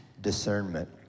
discernment